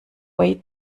way